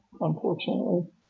unfortunately